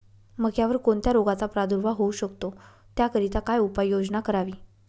मक्यावर कोणत्या रोगाचा प्रादुर्भाव होऊ शकतो? त्याकरिता काय उपाययोजना करावी?